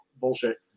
bullshit